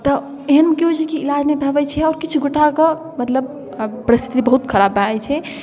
तऽ एहनमे कि होइ छै कि इलाज नहि भऽ पाबे छै आओर किछु गोटाके मतलब आब परिस्थिति बहुत खराब भऽ जाइ छै